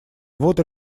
вот